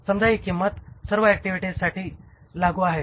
समजा हि किंमत सर्व ऍक्टिव्हिटीजसाठी लागू आहे